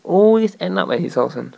always end up at his house [one]